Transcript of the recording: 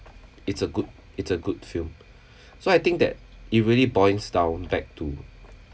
it's a good it's a good film so I think that it really boils down back to